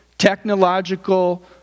technological